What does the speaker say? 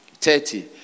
Thirty